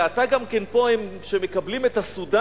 זה אתה גם כן פה מאלה שמקבלים את הסודנים?